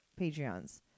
Patreons